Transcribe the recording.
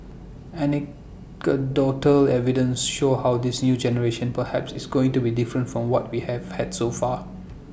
anecdotal evidence shows how this new generation perhaps is going to be different from what we have had so far